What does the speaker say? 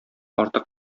артык